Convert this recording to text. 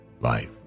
life